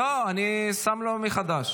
לא, אני שם לו מחדש.